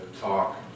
talk